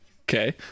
Okay